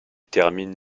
termine